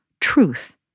truth